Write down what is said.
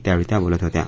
त्यावेळी त्या बोलत होत्या